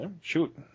Shoot